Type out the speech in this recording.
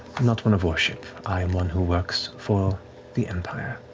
not one of worship. i'm one who works for the empire.